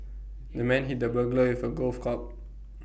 the man hit the burglar with A golf club